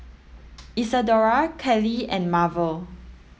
Isadora Callie and Marvel